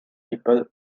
people